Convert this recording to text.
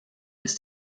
ist